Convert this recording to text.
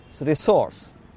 resource